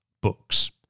books